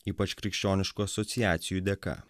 ypač krikščioniškų asociacijų dėka